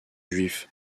juif